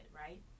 right